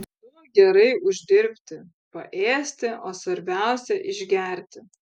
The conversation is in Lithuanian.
duok gerai uždirbti paėsti o svarbiausia išgerti